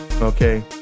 okay